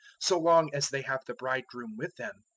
so long as they have the bridegroom with them,